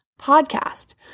podcast